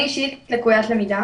אני אישית לקוית למידה